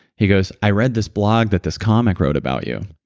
he goes, i read this blog that this comic wrote about you,